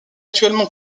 actuellement